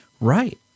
Right